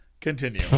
continue